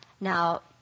Now